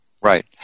Right